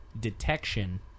detection